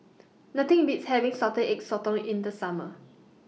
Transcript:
Nothing Beats having Salted Egg Sotong in The Summer